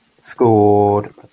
Scored